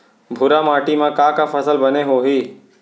भूरा माटी मा का का फसल बने होही?